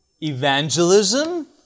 evangelism